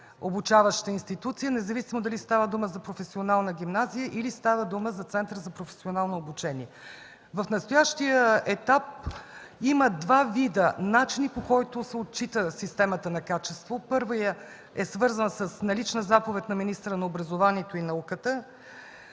обучаваща институция, независимо дали става дума за професионална гимназия или става дума за Център за професионално обучение. В настоящия етап има два вида начини, по които се отчита системата на качество. Първият е свързан с налична заповед на министъра на образованието и науката,